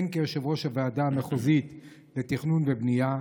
הן כיושב-ראש הוועדה המחוזית לתכנון ובנייה,